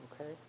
Okay